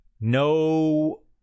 no